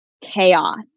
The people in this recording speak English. chaos